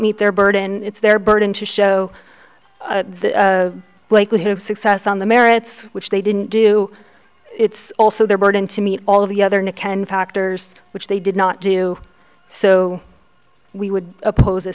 meet their burden it's their burden to show the likelihood of success on the merits which they didn't do it's also their burden to meet all of the other nican factors which they did not do so we would oppose